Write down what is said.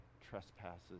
trespasses